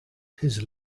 his